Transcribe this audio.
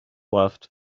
left